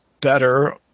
better